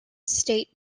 state